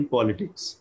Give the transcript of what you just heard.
Politics